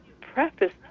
preface